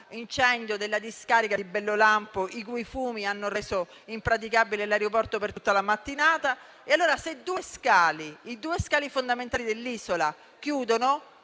dell'incendio della discarica di Bellolampo, i cui fumi hanno reso impraticabile l'aeroporto per tutta la mattinata. Allora, se i due scali fondamentali dell'isola chiudono